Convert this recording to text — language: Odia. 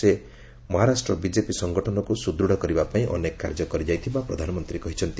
ସେ ମହାରାଷ୍ଟ୍ର ବିଜେପି ସଂଗଠନକୁ ସୁଦୃଢ଼ କରିବା ପାଇଁ ଅନେକ କାର୍ଯ୍ୟ କରିଯାଇଥିବା ପ୍ରଧାନମନ୍ତ୍ରୀ କହିଛନ୍ତି